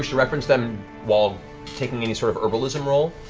reference them while taking any sort of herbalism roll,